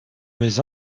mes